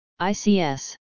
ics